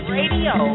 radio